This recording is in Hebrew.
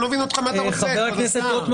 אני לא מבין מה אתה רוצה, כבוד השר.